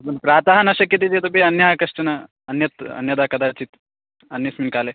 ह्म् प्रातः न शक्यते चेदपि अन्यः कश्चन अन्यत् अन्यदा कदाचित् अन्यस्मिन् काले